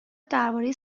درباره